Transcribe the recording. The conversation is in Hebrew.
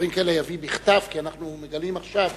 שדברים כאלה יביא בכתב, כי אנחנו מגלים עכשיו